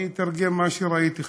אני אתרגם מה שראיתי,